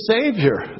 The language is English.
Savior